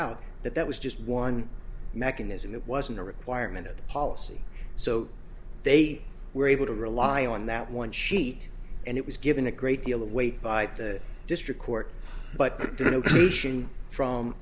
out that that was just one mechanism that wasn't a requirement of the policy so they were able to rely on that one sheet and it was given a great deal of weight by the district court but